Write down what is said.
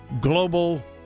global